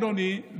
אדוני,